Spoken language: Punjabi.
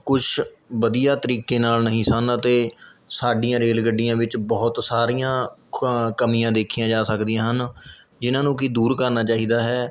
ਕੁਛ ਵਧੀਆ ਤਰੀਕੇ ਨਾਲ਼ ਨਹੀਂ ਸਨ ਅਤੇ ਸਾਡੀਆਂ ਰੇਲ ਗੱਡੀਆਂ ਵਿੱਚ ਬਹੁਤ ਸਾਰੀਆਂ ਕਮੀਆਂ ਦੇਖੀਆਂ ਜਾ ਸਕਦੀਆਂ ਹਨ ਜਿਨ੍ਹਾਂ ਨੂੰ ਕਿ ਦੂਰ ਕਰਨਾ ਚਾਹੀਦਾ ਹੈ